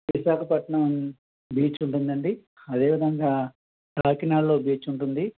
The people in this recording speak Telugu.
విశాఖపట్నం బీచ్ ఉంటుందండి అదే విధంగా కాకినాడలో ఒక బీచ్ ఉంటుంది